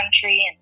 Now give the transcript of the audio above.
country